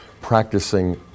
practicing